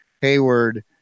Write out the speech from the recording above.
Hayward